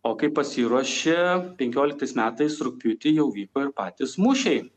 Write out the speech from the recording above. o kai pasiruošė penkioliktais metais rugpjūtį jau vyko ir patys mūšiai